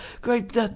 great